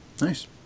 nice